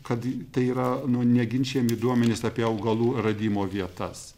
kad tai yra neginčijami duomenys apie augalų radimo vietas